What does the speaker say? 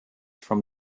from